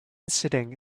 sitting